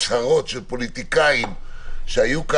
אני מתכוון לערוך במהלך העשרה הימים הקרובים דיון